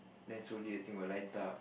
then slowly the thing will light up